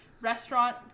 restaurant